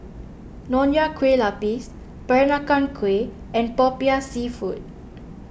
Nonya Kueh Lapis Peranakan Kueh and Popiah Seafood